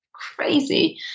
crazy